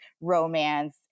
romance